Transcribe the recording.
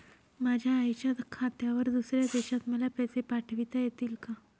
माझ्या आईच्या खात्यावर दुसऱ्या देशात मला पैसे पाठविता येतील का?